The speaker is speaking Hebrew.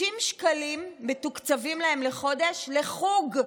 60 שקלים מתוקצבים להם לחודש לחוג.